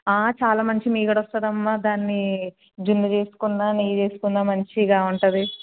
చాలా మంచి మీగడ వస్తుందమ్మ దాన్ని జున్ను చేసుకున్న నెయ్యి చేసుకున్న మంచిగా ఉంటుంది